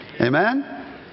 Amen